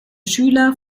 schüler